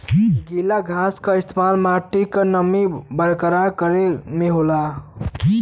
गीला घास क इस्तेमाल मट्टी क नमी बरकरार करे में होला